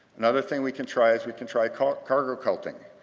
another thing we can try is we can try cargo cargo culting.